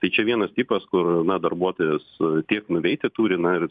tai čia vienas tipas kur na darbuotojas tiek nuveiti turi na ir